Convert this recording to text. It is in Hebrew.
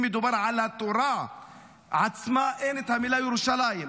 אם מדובר על התורה עצמה, אין את המילה ירושלים.